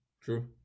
true